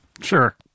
sure